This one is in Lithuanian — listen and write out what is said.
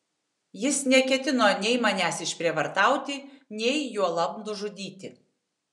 jis neketino nei manęs išprievartauti nei juolab nužudyti